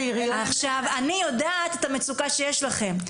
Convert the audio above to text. עכשיו, אני יודעת את המצוקה שיש לכם.